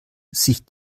sich